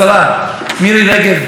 שהגיע אתמול לכבד אותי בנוכחותו,